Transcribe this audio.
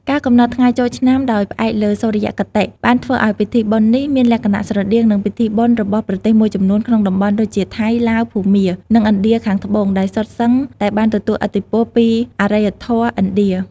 ការកំណត់ថ្ងៃចូលឆ្នាំដោយផ្អែកលើសុរិយគតិ បានធ្វើឲ្យពិធីបុណ្យនេះមានលក្ខណៈស្រដៀងនឹងពិធីបុណ្យរបស់ប្រទេសមួយចំនួនក្នុងតំបន់ដូចជា ថៃ ឡាវ ភូមា និងឥណ្ឌាខាងត្បូង ដែលសុទ្ធសឹងតែបានទទួលឥទ្ធិពលពីអរិយធម៌ឥណ្ឌា។